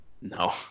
No